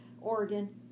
Oregon